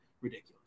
ridiculous